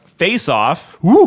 Face-Off